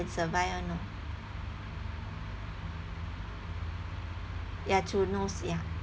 survive one know ya through nose ya